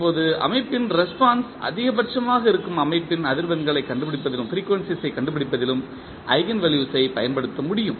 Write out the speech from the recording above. இப்போது அமைப்பின் ரெஸ்பான்ஸ் அதிகபட்சமாக இருக்கும் அமைப்பின் அதிர்வெண்களைக் கண்டுபிடிப்பதிலும் ஈஜென்வேல்யூஸ் ஐ பயன்படுத்த முடியும்